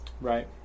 right